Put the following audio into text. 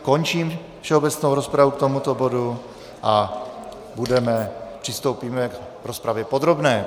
Končím všeobecnou rozpravu k tomuto bodu a přistoupíme k rozpravě podrobné.